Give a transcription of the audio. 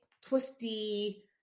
twisty